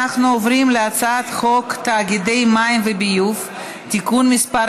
אנחנו עוברים להצעת חוק תאגידי מים וביוב (תיקון מס'